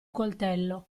coltello